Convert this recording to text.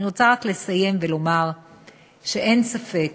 אני רוצה רק לסיים ולומר שאין ספק